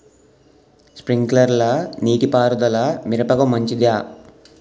Sprinkler నీటిపారుదల మిరపకు మంచిదా?